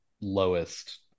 lowest